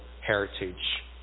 heritage